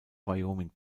wyoming